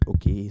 Okay